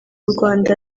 rwanda